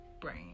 brain